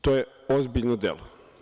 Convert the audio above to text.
To je ozbiljno delo.